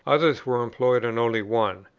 others were employed on only one,